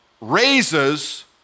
raises